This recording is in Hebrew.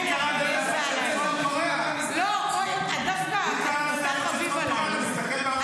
אתה חביב עליי.